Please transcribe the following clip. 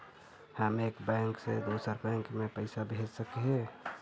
हम एक बैंक से दुसर बैंक में पैसा भेज सक हिय?